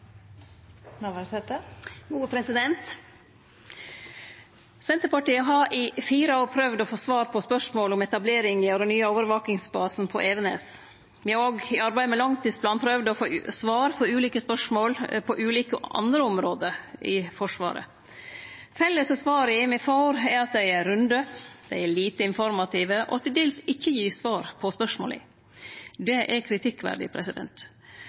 Senterpartiet har i fire år prøvd å få svar på spørsmål om etableringa av den nye overvakingsbasen på Evenes. Me har òg i arbeidet med langtidsplanen prøvd å få svar på ulike spørsmål på ulike andre område i Forsvaret. Felles for svara me får, er at dei er runde, dei er lite informative og til dels ikkje gir svar på spørsmåla. Det er kritikkverdig.